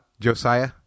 Josiah